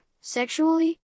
sexually